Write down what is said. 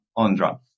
Andra